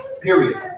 Period